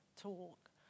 talk